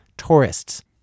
tourists